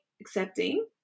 accepting